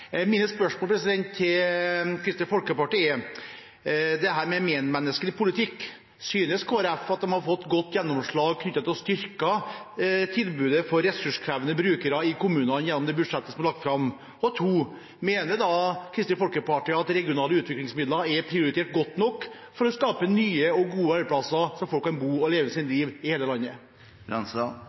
første spørsmål til Kristelig Folkeparti gjelder medmenneskelig politikk: Synes Kristelig Folkeparti de har fått godt gjennomslag knyttet til å styrke tilbudet for ressurskrevende brukere i kommunene gjennom det budsjettet som er lagt fram? Mitt andre spørsmål er: Mener Kristelig Folkeparti at regionale utviklingsmidler er prioritert godt nok for å skape nye og gode arbeidsplasser så folk kan bo og leve sitt liv i hele